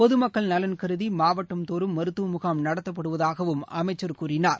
பொதுமக்கள் நலன் கருதி மாவட்டந்தோறும் மருத்துவ முகாம் நடத்தப்படுவதாக அமைச்சர் கூறினார்